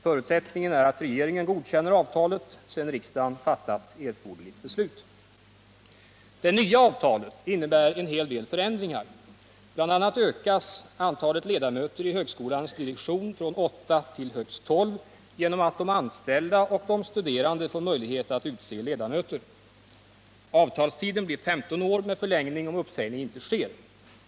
Förutsättningen är att regeringen godkänner avtalet sedan riksdagen fattat erforderligt beslut. Det nya avtalet innebär en del förändringar. Bl. a. ökas antalet ledamöter i högskolans direktion från 8 till högst 12 genom att de anställda och de studerande får möjlighet att utse ledamöter. Avtalstiden blir 15 år, med förlängning om uppsägning inte sker.